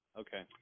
Okay